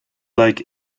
like